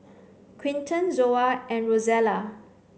Quinton Zoa and Rozella